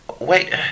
Wait